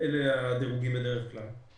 אלה הדירוגים בדרך כלל.